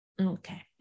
okay